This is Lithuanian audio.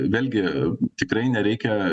vėlgi tikrai nereikia